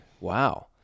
Wow